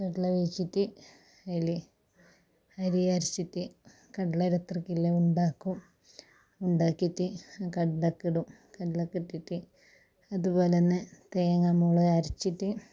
കട്ല വേവിച്ചിട്ട് അതിൽ അരി അരച്ചിട്ട് കട്ലലേടെ അത്രക്കുള്ള ഉണ്ട ആക്കും ഉണ്ടാക്കീട്ട് കട്ലക്കിടും കട്ലേക്കിട്ടിട്ട് അതുപോലന്നെ തേങ്ങ മുളക് അരച്ചിട്ട്